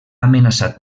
amenaçat